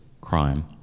crime